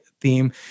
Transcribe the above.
theme